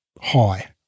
high